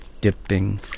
dipping